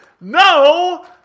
No